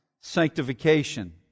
Sanctification